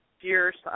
years